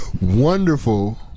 wonderful